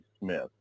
Smith